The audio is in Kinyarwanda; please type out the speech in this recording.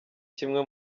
kimwe